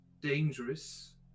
dangerous